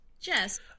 Jess